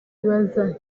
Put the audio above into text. ibiza